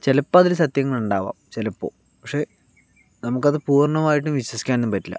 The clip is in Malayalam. ചിലപ്പോൾ അതിൽ സത്യങ്ങൾ ഉണ്ടാവാം ചിലപ്പോൾ പക്ഷേ നമുക്കത് പൂർണമായിട്ടും വിശ്വസിക്കാൻ ഒന്നും പറ്റില്ല